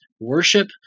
worship